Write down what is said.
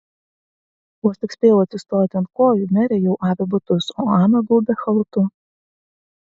vos tik spėjau atsistoti ant kojų merė jau avė batus o ana gaubė chalatu